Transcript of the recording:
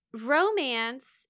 romance